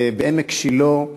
בעמק שילה,